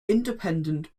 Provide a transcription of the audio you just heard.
independent